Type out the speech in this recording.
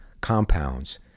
compounds